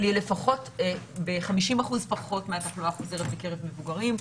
אבל היא לפחות ב-50% פחות מהתחלואה החוזרת בקרב מבוגרים.